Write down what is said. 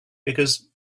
because